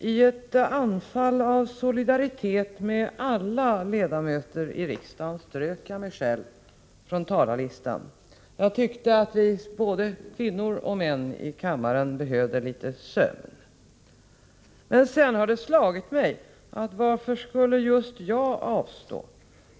Herr talman! I ett anfall av solidaritet med alla ledamöter i riksdagen strök jag mig själv från talarlistan. Jag tyckte att både kvinnor och män i kammaren behövde litet sömn. Sedan har det slagit mig: Varför skulle just jag avstå?